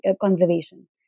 conservation